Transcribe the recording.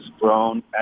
grown